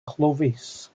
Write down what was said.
clovis